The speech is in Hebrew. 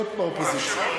להיות באופוזיציה.